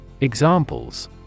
Examples